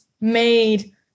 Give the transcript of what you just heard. made